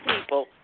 people